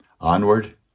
Onward